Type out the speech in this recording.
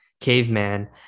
caveman